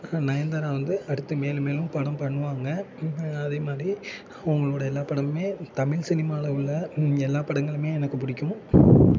நயன்தாரா வந்து அடுத்து மேலும் மேலும் படம் பண்ணுவாங்க அதேமாதிரி அவங்களோட எல்லா படமுமே தமில் சினிமாவில உள்ள எல்லா படங்களுமே எனக்கு பிடிக்கும்